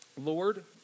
Lord